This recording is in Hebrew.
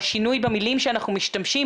השינוי במילים שאנחנו משתמשים,